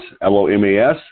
L-O-M-A-S